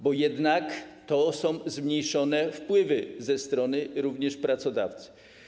Bo jednak to są zmniejszone wpływy ze strony również pracodawcy.